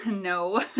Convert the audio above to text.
no,